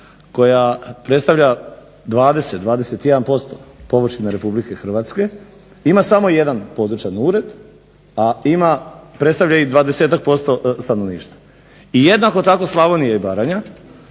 koja predstavlja 20,21% površine Republike Hrvatske ima samo jedan područni ured, a predstavljaju 20-tak % stanovništva. I jednako tako Slavonija i Baranja